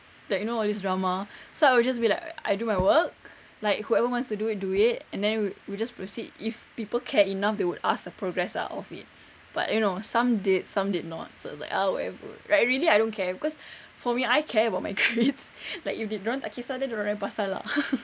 like you know all these drama so I will just be like I do my work like whoever wants to do it do it and then we just proceed if people care enough they would ask the progress ah of it but you know some did some did not so it was like ah whatever like really I don't care cause for me I care about my grades like you did dorang tak kesah then dorang punya pasal ah